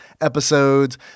episodes